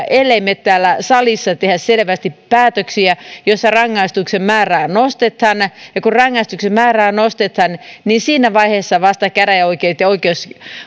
ellemme me täällä salissa tee selvästi päätöksiä joissa rangaistuksen määrää nostetaan ja kun rangaistuksen määrää nostetaan niin vasta siinä vaiheessa käräjäoikeudet ja